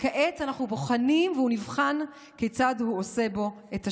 וכעת אנחנו בוחנים והוא נבחן כיצד הוא עושה בו את השימוש.